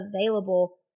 available